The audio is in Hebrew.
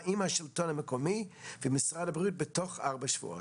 עם השלטון המקומי ומשרד הבריאות בתוך ארבעה שבועות.